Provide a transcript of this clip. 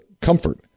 comfort